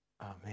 Amen